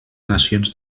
nacions